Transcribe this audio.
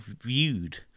viewed